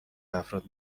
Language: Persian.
افراد